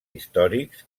històrics